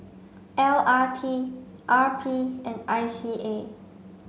L R T R P and I C A